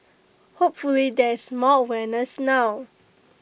hopefully there is more awareness now